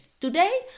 Today